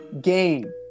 game